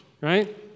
right